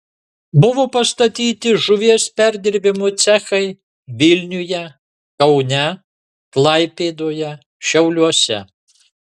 buvo pastatyti žuvies perdirbimo cechai vilniuje kaune klaipėdoje šiauliuose